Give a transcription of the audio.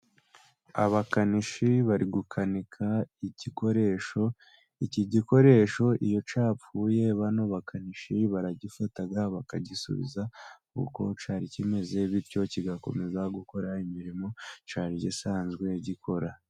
Abakanishi bari gukanika igikoresho. Iki gikoresho iyo cyapfuye bano bakanishi baragifata bakagisubiza uko cyari kimeze, bityo kigakomeza gukora imirimo cyari gisanzwe gikora.